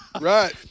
Right